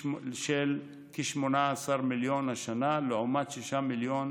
של כ-18 מיליון השנה, לעומת 6 מיליון